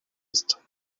ist